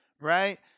right